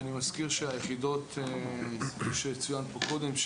אני מזכיר שהיחידות כפי שצוין פה קודם,